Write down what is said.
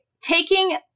taking